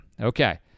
Okay